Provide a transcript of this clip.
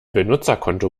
benutzerkonto